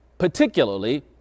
particularly